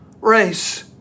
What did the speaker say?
race